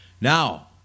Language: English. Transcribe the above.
Now